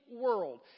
world